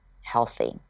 healthy